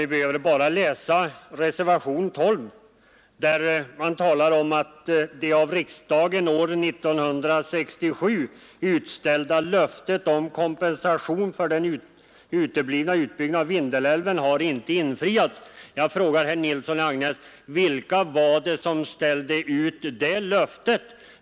Vi behöver bara läsa reservationen 12 där man skriver: ”Det av riksdagen år 1967 utställda löftet om kompensation för den uteblivna utbyggnaden av Vindelälven har inte infriats.” Vilka var det, herr Nilsson i Agnäs, som ställde ut det löftet?